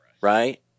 right